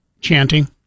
Chanting